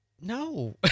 No